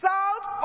South